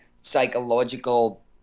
psychological